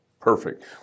perfect